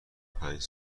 پنج